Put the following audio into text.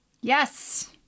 Yes